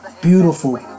beautiful